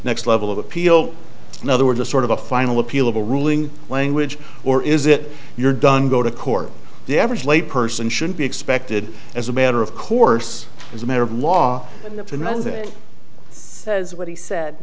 next level of appeal in other words a sort of a final appeal of a ruling language or is it you're done go to court the average lay person should be expected as a matter of course as a matter of law to amend it says what he said